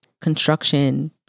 construction